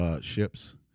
Ships